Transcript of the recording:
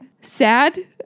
sad